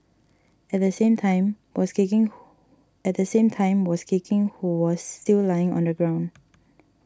at the same time was kicking who at the same time was kicking who was still lying on the ground